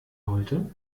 heute